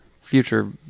future